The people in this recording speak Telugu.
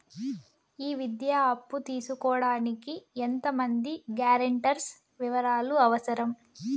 ఈ విద్యా అప్పు తీసుకోడానికి ఎంత మంది గ్యారంటర్స్ వివరాలు అవసరం?